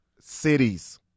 Cities